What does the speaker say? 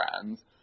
friends